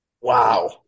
Wow